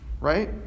right